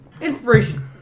inspiration